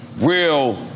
real